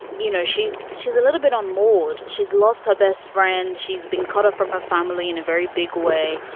you know, she's she's a little bit on maude she's lost her best friend. she's been cut off from her family in a very big way.